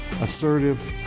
assertive